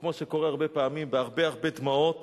כמו שקורה הרבה פעמים, בהרבה הרבה דמעות